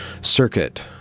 circuit